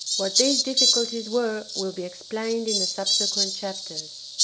what these difficulties were will be explained in the subsequent chapters.